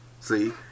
See